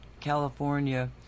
California